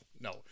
No